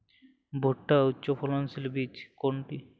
ভূট্টার উচ্চফলনশীল বীজ কোনটি?